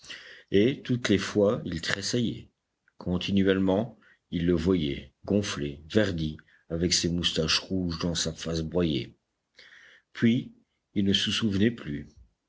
et toutes les fois il tressaillait continuellement il le voyait gonflé verdi avec ses moustaches rouges dans sa face broyée puis il ne se souvenait plus